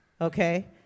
Okay